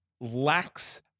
lacks